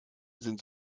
sind